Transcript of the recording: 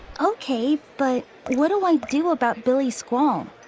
okay, but what do i do about billy squall?